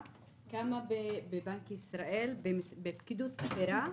הבאה: כמה ערבים וחרדים יש בבנק ישראל בפקידות הבכירה?